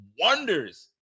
wonders